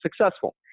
successful